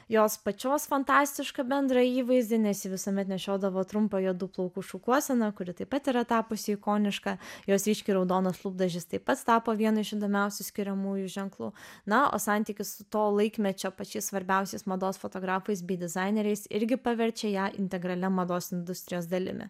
jos pačios fantastišką bendrą įvaizdį nes ji visuomet nešiodavo trumpą juodų plaukų šukuoseną kuri taip pat yra tapusi ikoniška jos ryškiai raudonas lūpdažis taip pat tapo vienu iš įdomiausių skiriamųjų ženklų na o santykis su to laikmečio pačiais svarbiausiais mados fotografais bei dizaineriais irgi paverčia ją integralia mados industrijos dalimi